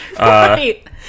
Right